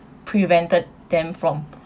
prevented them from